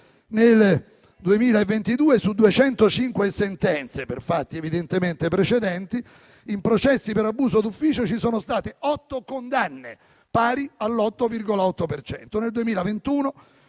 Nel 2022 su 205 sentenze, per fatti evidentemente precedenti, in processi per abuso d'ufficio ci sono state 8 condanne, pari all'8,8